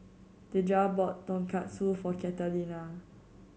Dejah bought Tonkatsu for Catalina